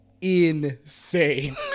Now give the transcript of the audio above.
insane